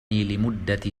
لمدة